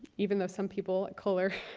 even though some people at kohler